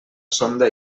sonda